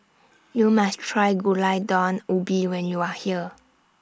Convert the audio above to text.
YOU must Try Gulai Daun Ubi when YOU Are here